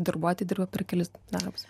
darbuotojai dirba per kelis darbus